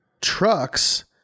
Trucks